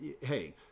hey